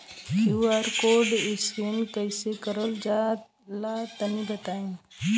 QR code scan कैसे क़रल जला तनि बताई?